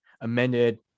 amended